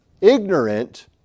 ignorant